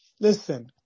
Listen